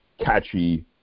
catchy